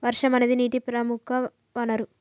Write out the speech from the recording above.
వర్షం అనేదిప్రముఖ నీటి వనరు